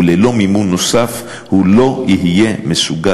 וללא מימון נוסף הוא לא יהיה מסוגל